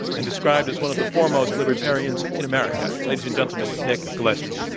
and described as one of the foremost libertarians in america. ladies and gentlemen, nick gillespie.